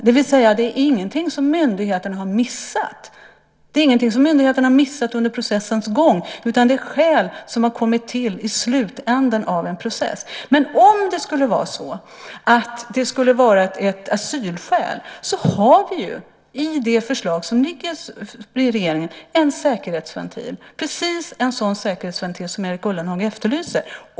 Det är ingenting som myndigheten har missat under processens gång. Det är skäl som har kommit till i slutändan av en process. Om det skulle vara ett asylskäl har vi ju en säkerhetsventil i det förslag som ligger hos regeringen. Det är precis en sådan säkerhetsventil som Erik Ullenhag efterlyser.